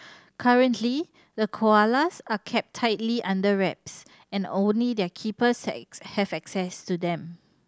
currently the koalas are kept tightly under wraps and only their keepers have access to them